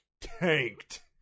tanked